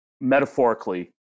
metaphorically